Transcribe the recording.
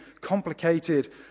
complicated